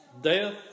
death